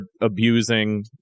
abusing